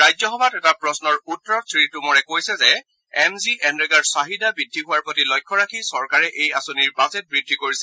ৰাজ্য সভাত এটা প্ৰশ্নৰ উত্তৰত শ্ৰীটোমৰে কৈছে যে এম জি এনৰেগা চাহিদা বুদ্ধি হোৱাৰ প্ৰতি লক্ষ্য ৰাখি চৰকাৰে এই আঁচনিৰ বাজেট বৃদ্ধি কৰিছে